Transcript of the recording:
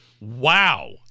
Wow